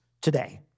today